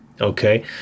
Okay